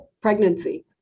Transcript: pregnancy